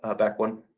ah back one.